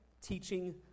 teaching